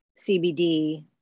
CBD